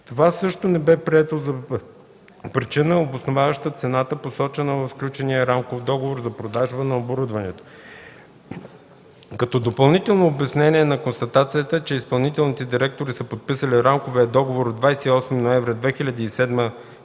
Това също не бе прието за причина, обосноваваща цената, посочена в сключения рамков договор за продажба на оборудването. Като допълнително обяснение на констатацията, че изпълнителните директори са подписали Рамков договор от 28 ноември 2007 г.,